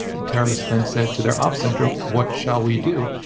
the terrorists then said to their op center, what shall we do?